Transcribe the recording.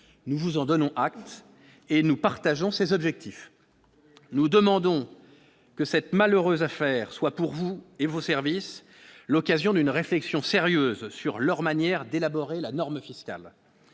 nous vous en donnons acte et nous partageons ces objectifs, nous demandons que cette malheureuse affaire soit pour vous et vos services, l'occasion d'une réflexion sérieuse sur leur manière d'élaborer la norme fiscale